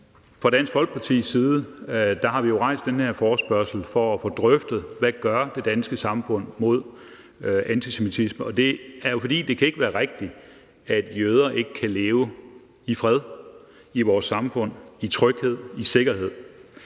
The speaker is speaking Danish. Fra Dansk Folkepartis side har vi jo rejst den her forespørgsel for at få drøftet, hvad det danske samfund gør mod antisemitisme, og det er jo, fordi det ikke kan være rigtigt, at jøder ikke kan leve i fred, i tryghed og i sikkerhed